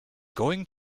going